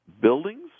buildings